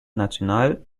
nationale